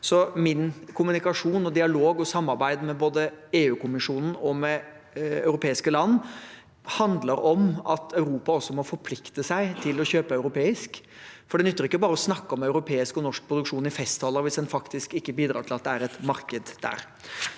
Min kommunikasjon og dialog og samarbeidet med både EU-kommisjonen og med europeiske land handler om at Europa må forplikte seg til å kjøpe europeisk. Det nytter ikke bare å snakke om europeisk og norsk produksjon i festtaler hvis en faktisk ikke bidrar til at det er et marked der.